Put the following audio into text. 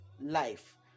life